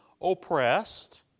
oppressed